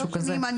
שלוש שנים.